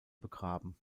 begraben